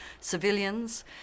civilians